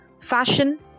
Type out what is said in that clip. fashion